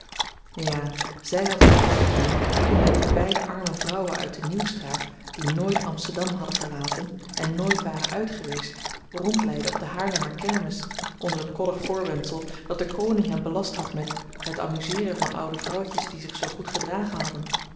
ja zy had het goed gevonden toen hy die beide arme vrouwen uit de nieuwstraat die nooit amsterdam hadden verlaten en nooit waren uitgeweest rondleidde op de haarlemmer kermis onder t koddig voorwendsel dat de koning hem belast had met het amuzeeren van oude vrouwtjes die zich zoo goed gedragen hadden